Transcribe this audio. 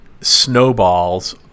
snowballs